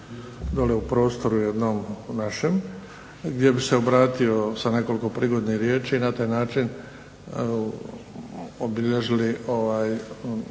dole u prostoru našem, gdje bih se obratio sa nekoliko prigodnih riječi i na taj način obilježili taj